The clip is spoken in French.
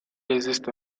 existe